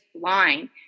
line